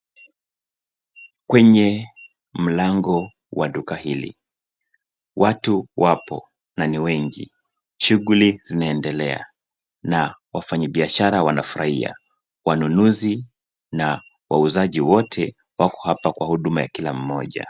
Kwenye mlango wa duka hili watu wapo na ni wengi. Shughuli zinaendelae na wafanya biashara wanafurahia. Wanunzi na wauzaji wote wako hapa kwa huduma ya kila mmoja.